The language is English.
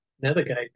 navigate